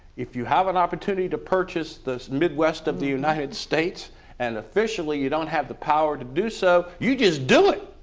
if you have an opportunity to purchase the midwest of the united states and officially you don't have the power to do so, you just do it,